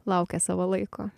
laukia savo laiko